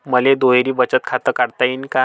मले दुहेरी बचत खातं काढता येईन का?